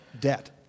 debt